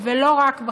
ולא רק בחקיקה.